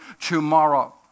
tomorrow